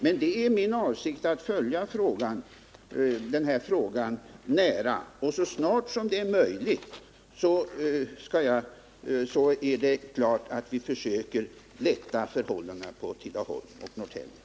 Min avsikt är att följa denna fråga nära, och så snart det är möjligt skall vi givetvis försöka förbättra förhållandena på anstalterna i Tidaholm och Norrtälje.